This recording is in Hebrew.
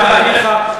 אני חייב להגיד לך,